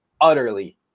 utterly